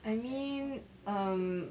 I mean um